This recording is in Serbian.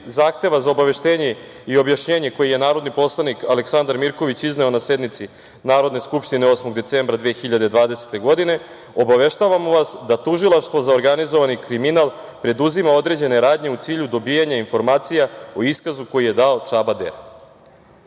zahteva za obaveštenje i objašnjenje koji je narodni poslanik Aleksandar Mirković izneo na sednici Narodna skupštine 8. decembra 2020. godine, obaveštavamo vas da Tužilaštvo za organizovani kriminal preduzima određene radnje u cilju dobijanja informacija o iskazu koji je dao Čaba